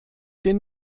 den